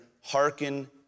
hearken